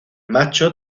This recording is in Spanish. macho